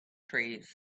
trees